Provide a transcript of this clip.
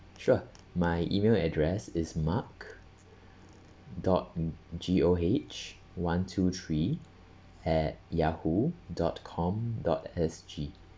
sure my email address is mark dot G O H one two three at yahoo dot com dot S G